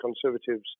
Conservatives